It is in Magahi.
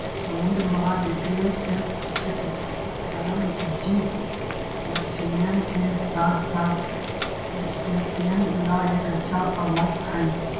समृद्ध महाद्वीपीय शेल्फ क्षेत्र, तलमज्जी मछलियन के साथसाथ क्रस्टेशियंस ला एक अच्छा आवास हई